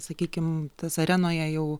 sakykim tas arenoje jau